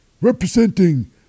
representing